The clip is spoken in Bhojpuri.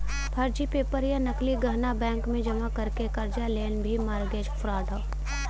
फर्जी पेपर या नकली गहना बैंक में जमा करके कर्जा लेना भी मारगेज फ्राड हौ